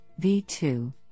V2